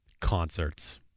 concerts